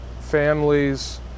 families